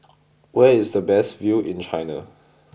where is the best view in China